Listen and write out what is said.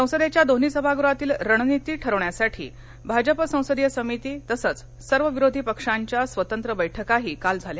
संसदेच्या दोन्ही सभागृहातील रणनीती ठरवण्यासाठी भाजपा संसदीय समिती तसंच सर्व विरोधी पक्षांच्या स्वतंत्र बैठकाही काल झाल्या